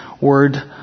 word